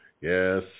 Yes